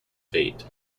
fate